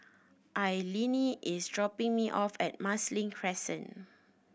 Alline is dropping me off at Marsiling Crescent